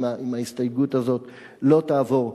אם ההסתייגות הזאת לא תעבור.